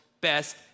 best